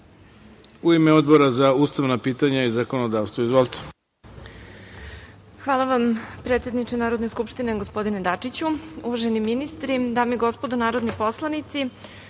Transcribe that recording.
u ime Odbora za ustavno pitanje i zakonodavstvo. Izvolite.